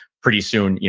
pretty soon,